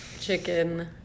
chicken